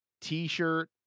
T-shirt